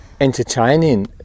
entertaining